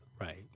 right